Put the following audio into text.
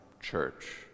church